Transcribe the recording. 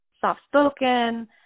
soft-spoken